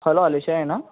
hello Alisha ఏనా